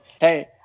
Hey